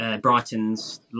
Brighton's